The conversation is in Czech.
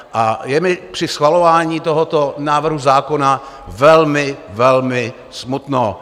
A je mi při schvalování tohoto návrhu zákona velmi, velmi smutno.